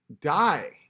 die